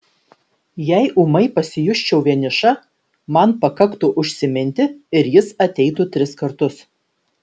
jei ūmai pasijusčiau vieniša man pakaktų užsiminti ir jis ateitų tris kartus